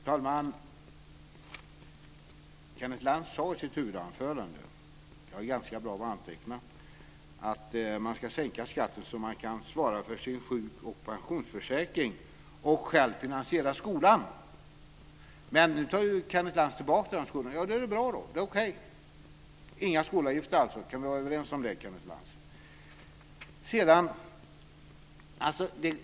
Fru talman! Kenneth Lantz sade i sitt huvudanförande - jag är ganska bra på att anteckna - att man ska sänka skatten så att människor kan svara för sin sjuk och pensionsförsäkring och själva finansiera skolan. Men nu tar Kenneth Lantz tillbaka uttalandet om skolan. Det är bra. Det är okej. Inga skolavgifter alltså. Kan vi vara överens om det, Kenneth Lantz?